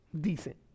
decent